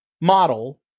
model